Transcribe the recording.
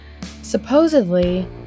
supposedly